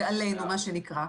זה עלינו, מה שנקרא.